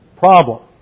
Problem